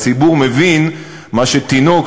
הציבור מבין מה שתינוק,